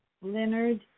Leonard